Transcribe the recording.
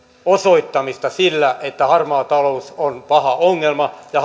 osoittamista sillä että harmaa talous on paha ongelma ja